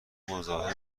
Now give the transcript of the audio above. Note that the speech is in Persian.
مزاحم